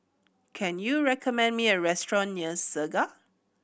can you recommend me a restaurant near Segar